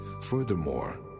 Furthermore